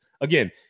again